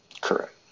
Correct